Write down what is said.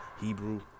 Hebrew